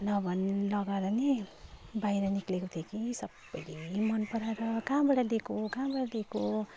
नभन लगाएर पनि बाहिर निक्लेको थिएँ कि सबैले मनपराएर कहाँबाट लिएको कहाँबाट लिएको